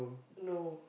no